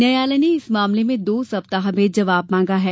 न्यायालय ने इस मामले में दो सप्ताह में जवाब मांगा है